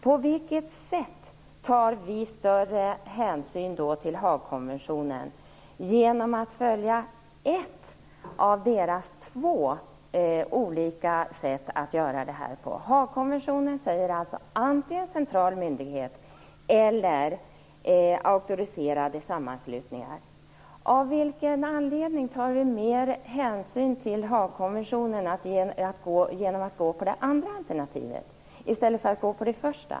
På vilket sätt tar vi i Sverige större hänsyn till Haagkonventionen genom att följa ett av konventionens två olika sätt att göra detta? I Haagkonventionen säger man: antingen en central myndighet eller auktoriserade sammanslutningar. Av vilken anledning tar vi större hänsyn till Haagkonventionen genom att välja det andra alternativet i stället för det första?